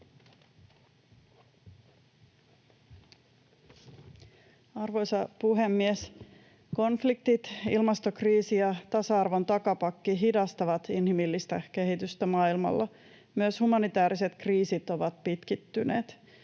Arvoisa puhemies! Konfliktit, ilmastokriisi ja tasa-arvon takapakki hidastavat inhimillistä kehitystä maailmalla. Myös humanitääriset kriisit ovat pitkittyneet.